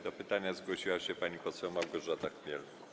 Do pytania zgłosiła się pani poseł Małgorzata Chmiel.